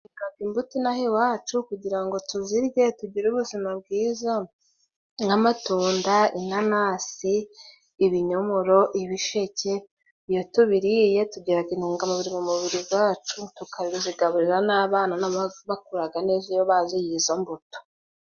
Imbuto ino aha iwacu kugira ngo tuzirye tugire ubuzima bwiza nk'amatunda, inanasi, ibinyomoro, ibisheke, iyo tubiriye tugiraga intungamubiri mu mubiri gwacu, tukabizigaburira n'abana na bo bakuraga neza iyo baziriye izo mbuto.